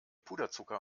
puderzucker